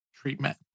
Treatment